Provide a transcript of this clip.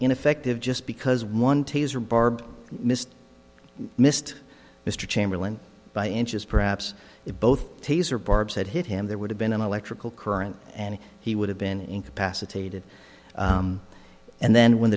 ineffective just because one taser barb missed missed mr chamberlain by inches perhaps if both taser barbs had hit him there would have been an electrical current and he would have been incapacitated and then when